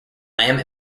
lamb